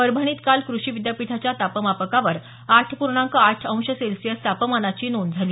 परभणीत काल कृषी विद्यापीठाच्या तापमापकावर आठ पूर्णांक आठ अंश सेल्सिअस तापमानाची नोंद झाली